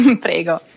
Prego